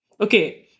okay